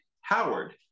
Howard